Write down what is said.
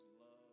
love